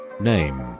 Name